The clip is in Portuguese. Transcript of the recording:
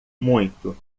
muito